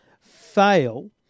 fail